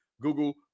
Google